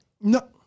No